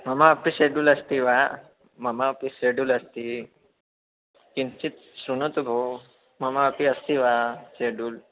ममापि शेड्युल् अस्ति वा ममापि शेड्युल् अस्ति किञ्चत् शृणोतु भोः ममापि अस्ति वा शेड्यूल्